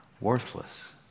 worthless